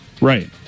right